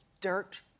dirt